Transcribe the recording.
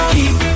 Keep